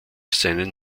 seinen